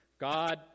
God